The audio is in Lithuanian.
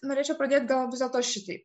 norėčiau pradėti gal vis dėlto šitaip